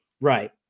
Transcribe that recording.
Right